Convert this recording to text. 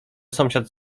sąsiad